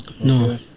no